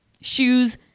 shoes